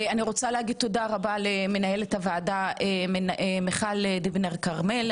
אני רוצה להגיד תודה רבה למנהלת הוועדה מיכל דיבנר כרמל.